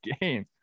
game